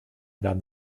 werden